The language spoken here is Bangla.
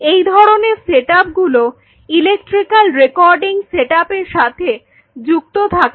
এই ধরনের সেট আপ গুলো ইলেকট্রিক্যাল রেকর্ডিং সেটআপ এর সাথে যুক্ত থাকে